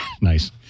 Nice